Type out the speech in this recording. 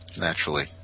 Naturally